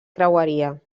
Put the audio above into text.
creueria